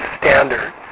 standard